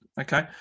Okay